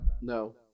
No